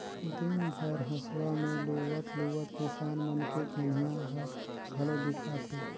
दिन भर हंसुआ में लुवत लुवत किसान मन के कनिहा ह घलो दुखा थे